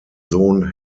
sohn